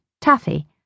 Taffy